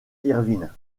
irvine